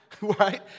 right